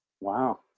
Wow